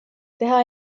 teha